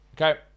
Okay